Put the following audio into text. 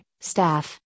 staff